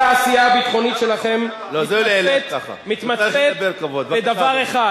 כל העשייה הביטחונית שלכם מתמצית בדבר אחד,